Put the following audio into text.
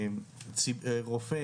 דרך אגב,